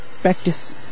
practice